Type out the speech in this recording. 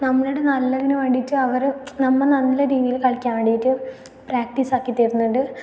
നമ്മളുടെ നല്ലതിന് വേണ്ടിയിട്ട് അവർ നമ്മൾ നല്ല രീതിയിൽ കളിക്കാൻ വേണ്ടിയിട്ട് പ്രാക്ടീസ് ആക്കി തരുന്നുണ്ട്